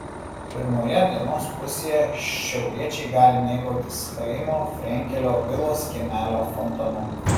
pirmoje dienos pusėje šiauliečiai gali mėgautis chaimo frenkelio vilos kiemelio fontanu